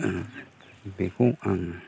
बेखौ आं